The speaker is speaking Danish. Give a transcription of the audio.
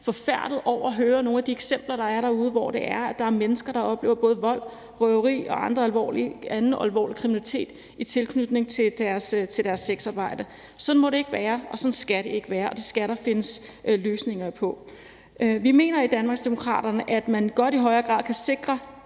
forfærdede over at høre nogle af de eksempler, der er derude, hvor det er sådan, at der er mennesker, der oplever både vold, røveri og anden alvorlig kriminalitet i tilknytning til deres sexarbejde. Sådan må det ikke være, og sådan skal det ikke være, og det skal der findes løsninger på, og vi mener i Danmarksdemokraterne, at man godt kan sikre